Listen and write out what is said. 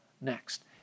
next